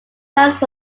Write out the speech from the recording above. fans